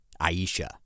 Aisha